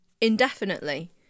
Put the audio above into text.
indefinitely